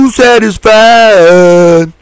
satisfied